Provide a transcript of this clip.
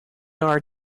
are